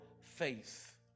faith